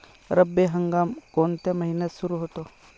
रब्बी हंगाम कोणत्या महिन्यात सुरु होतो?